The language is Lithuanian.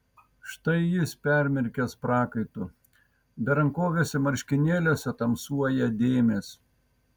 štai jis permirkęs prakaitu berankoviuose marškinėliuose tamsuoja dėmės